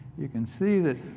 you can see that